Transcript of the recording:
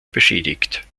beschädigt